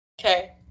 Okay